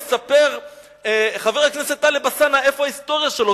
יספר חבר הכנסת טלב אלסאנע איפה ההיסטוריה שלו.